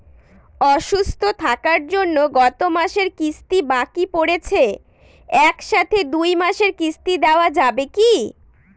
অসুস্থ থাকার জন্য গত মাসের কিস্তি বাকি পরেছে এক সাথে দুই মাসের কিস্তি দেওয়া যাবে কি?